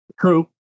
True